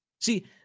See